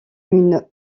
une